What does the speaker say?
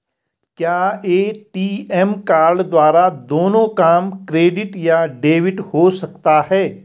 क्या ATM card द्वारा दोनों काम क्रेडिट या डेबिट हो सकता है?